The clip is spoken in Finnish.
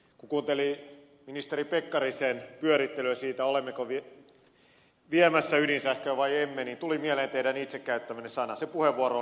kun kuunteli ministeri pekkarisen pyörittelyä siitä olemmeko viemässä ydinsähköä vai emme niin tuli mieleen teidän itse käyttämänne sana se puheenvuoro oli lähinnä tsoukki